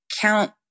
count